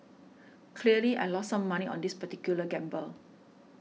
clearly I lost some money on this particular gamble